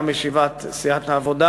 גם ישיבת סיעת העבודה.